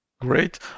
Great